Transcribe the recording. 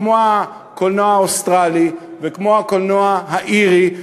כמו הקולנוע האוסטרלי וכמו הקולנוע האירי,